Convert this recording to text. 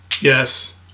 Yes